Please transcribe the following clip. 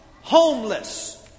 homeless